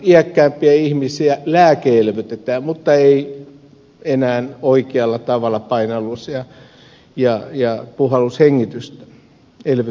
iäkkäämpiä ihmisiä ainoastaan lääke elvytetään mutta ei enää oikealla tavalla painallus ja puhalluselvytystä